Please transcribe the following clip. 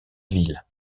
ville